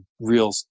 real